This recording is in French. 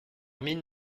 mine